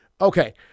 okay